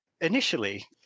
Initially